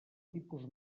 tipus